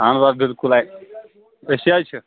اَہن حظ آ بِلکُل أسی حظ چھِ